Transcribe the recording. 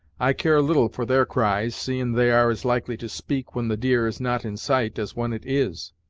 i care little for their cries, seein' they are as likely to speak when the deer is not in sight, as when it is.